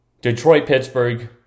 Detroit-Pittsburgh